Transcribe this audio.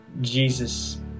Jesus